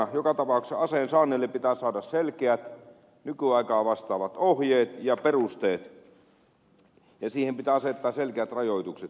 joka tapauksessa aseen saannille pitää saada selkeät nykyaikaa vastaavat ohjeet ja perusteet ja siihen pitää asettaa selkeät rajoitukset